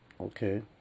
okay